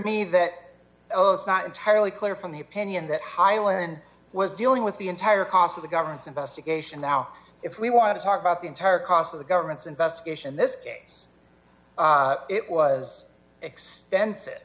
me that oh it's not entirely clear from the opinion that highland was dealing with the entire cost of the government's investigation now if we want to talk about the entire cost of the government's investigation this case it was extensive